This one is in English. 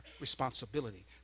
responsibility